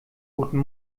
guten